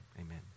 Amen